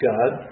God